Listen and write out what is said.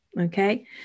okay